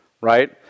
right